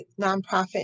nonprofit